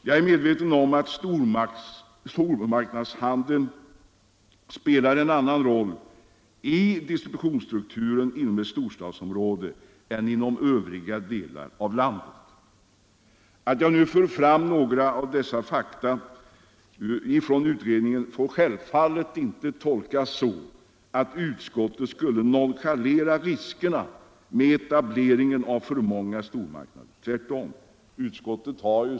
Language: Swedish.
Jag är medveten om att stormarknadshandeln spelar en annan roll i distributionsstrukturen inom ett storstadsområde än inom övriga delar av landet. Men att jag nu för fram desssa fakta, hämtade ur utredningens betänkande, får självfallet inte tolkas så att utskottet skulle nonchalera riskerna med etableringen av för många stormarknader. Tvärtom.